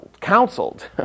counseled